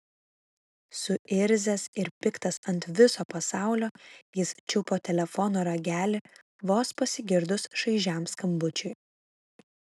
suirzęs ir piktas ant viso pasaulio jis čiupo telefono ragelį vos pasigirdus šaižiam skambučiui